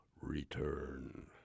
return